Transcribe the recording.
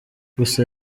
gusa